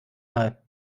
mal